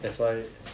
that's why